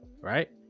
right